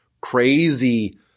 crazy